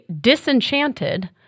disenchanted